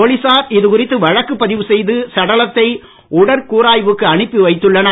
போலீசார் இதுகுறித்து வழக்கு பதிவு செய்து சடலத்தை உடற் கூறாய்வுக்கு அனுப்பி வைத்துள்ளனர்